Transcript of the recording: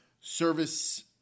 service